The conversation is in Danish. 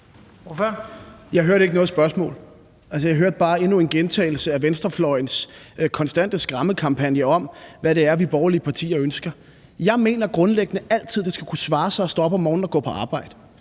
Jeg hørte ikke noget spørgsmål. Jeg hørte bare endnu en gentagelse af venstrefløjens konstante skræmmekampagne om, hvad det er, vi borgerlige partier ønsker. Jeg mener grundlæggende, at det altid skal kunne svare sig at stå op om morgenen og gå på arbejde,